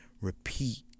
repeat